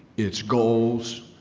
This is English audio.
its goals,